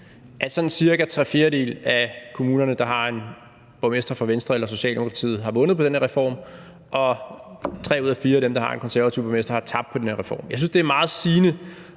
tre fjerdedele af kommunerne, der har en borgmester fra Venstre eller Socialdemokratiet, har vundet på den her reform, og tre ud af fire af dem, der har en konservativ borgmester, har tabt på den her reform. Jeg synes, det er meget sigende,